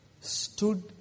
stood